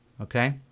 Okay